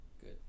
Good